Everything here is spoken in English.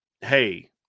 hey